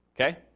Okay